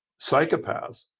psychopaths